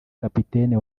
kapiteni